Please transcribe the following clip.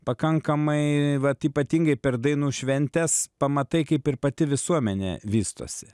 pakankamai vat ypatingai per dainų šventes pamatai kaip ir pati visuomenė vystosi